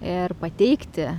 ir pateikti